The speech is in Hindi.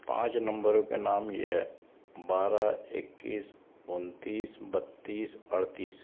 पाँच नम्बरों के नाम ये हैं बारह इक्कीस उन्तीस बत्तीस अड़तीस